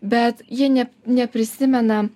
bet jie ne neprisimena